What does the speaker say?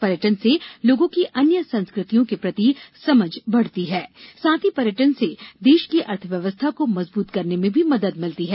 पर्यटन से लोगों की अन्य संस्कृतियों के प्रति समझ बढ़ती है साथ ही पर्यटन से देश की अर्थव्यवस्था को मजबूत करने में भी मदद मिलती है